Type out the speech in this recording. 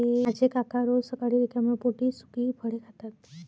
माझे काका रोज सकाळी रिकाम्या पोटी सुकी फळे खातात